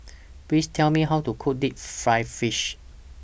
Please Tell Me How to Cook Deep Fried Fish